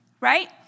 right